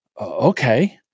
Okay